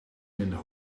minder